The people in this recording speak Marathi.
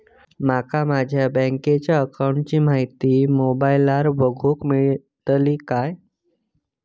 माका माझ्या बँकेच्या अकाऊंटची माहिती मोबाईलार बगुक मेळतली काय?